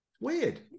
weird